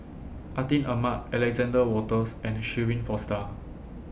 Atin Amat Alexander Wolters and Shirin Fozdar